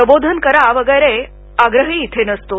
प्रबोधन करा वगैरे असा आग्रह इथे नसतो